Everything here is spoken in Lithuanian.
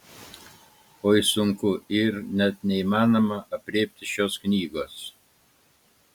oi sunku ir net neįmanoma aprėpti šios knygos